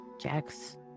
Jax